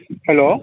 hello